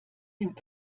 dem